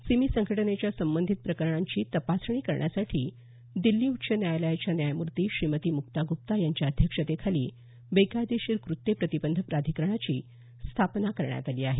सिमी संघटनेच्या संबंधित प्रकरणांची तपासणी करण्यासाठी दिल्ली उच्च न्यायालयाच्या न्यायमूर्ती श्रीमती मुक्ता गुप्ता यांच्या अध्यक्षतेखाली बेकायदेशीर कृत्ये प्रतिबंध प्राधिकरणाची स्थापना करण्यात आली आहे